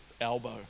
elbow